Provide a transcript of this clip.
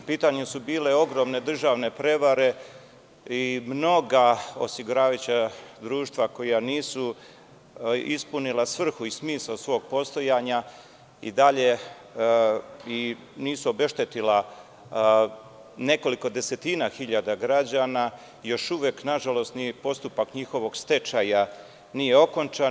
U pitanju su bile ogromne državne prevare i mnoga osiguravajuća društva koja nisu ispunila svrhu i smisao svog postojanja i nisu obeštetila nekoliko desetina hiljada građana, još uvek nažalost postupak njihovog stečaja nije okončan.